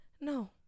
no